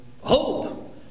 hope